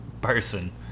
person